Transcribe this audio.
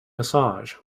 massage